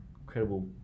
incredible